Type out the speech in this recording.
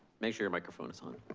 make sure your microphone is on.